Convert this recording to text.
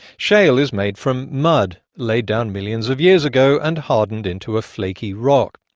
shale is made from mud, laid down millions of years ago and hardened into a flaky rock.